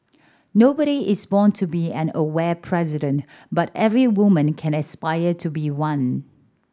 nobody is born to be an aware president but every woman can aspire to be one